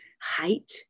height